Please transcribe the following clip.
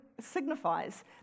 signifies